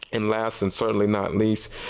and last and certainly not least,